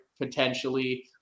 potentially